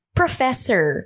professor